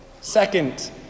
Second